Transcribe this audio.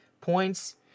points